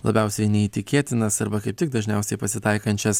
labiausiai neįtikėtinas arba kaip tik dažniausiai pasitaikančias